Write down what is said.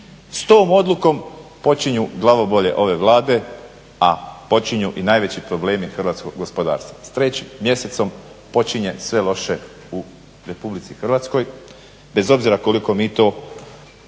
S tom odlukom počinju glavobolje ove Vlade a počinju i najveći problemi hrvatskog gospodarstva, s 3.mjesecom počinje sve loše u RH bez obzira koliko mi to